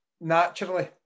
naturally